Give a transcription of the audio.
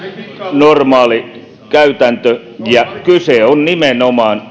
normaali käytäntö ja kyse on nimenomaan